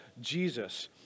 Jesus